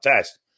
test